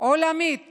עולמית